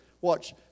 Watch